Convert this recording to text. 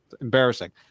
Embarrassing